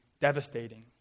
devastating